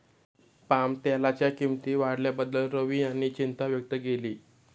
पामतेलाच्या किंमती वाढल्याबद्दल रवी यांनी चिंता व्यक्त केली